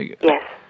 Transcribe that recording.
Yes